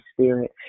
Spirit